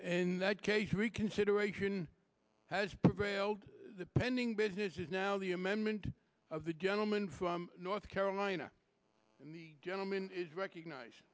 in that case reconsideration has prevailed pending business is now the amendment of the gentleman from north carolina the gentleman is recognize